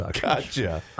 Gotcha